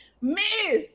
Miss